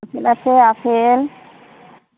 apple আছে apple